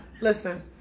Listen